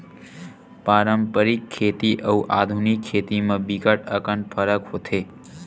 पारंपरिक खेती अउ आधुनिक खेती म बिकट अकन फरक होथे